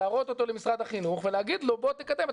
להראות אותו למשרד החינוך ולהגיד לו 'בוא תקדם את